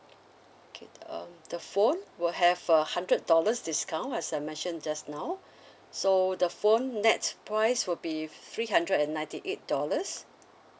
okay um the phone will have a hundred dollars discount as I mentioned just now so the phone net price will be three hundred and ninety eight dollars